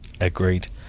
Agreed